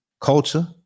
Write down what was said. culture